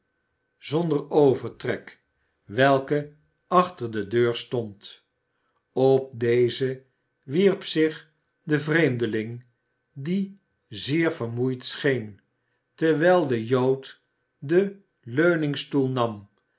zonder overtrek welke achter de deur stond op deze wierp zich de vreemdeling die zeer vermoeid scheen terwijl de jood den leuningstoel nam